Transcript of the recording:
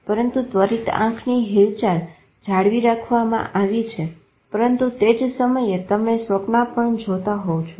પરંતુ ત્વરિત આંખની હિલચાલ જાળવી રાખવામાં આવી છે પરંતુ તે જ સમયે તમે સ્વપ્ના પણ જોતા હોવ છો